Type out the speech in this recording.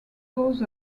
both